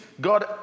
God